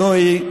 זוהי,